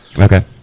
Okay